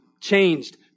changed